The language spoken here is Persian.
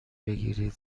بگیرید